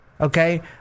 okay